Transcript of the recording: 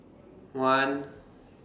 one